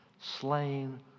Slain